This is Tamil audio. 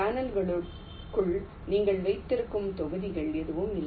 சேனல்களுக்குள் நீங்கள் வைத்திருக்கும் தொகுதிகள் எதுவும் இல்லை